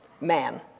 man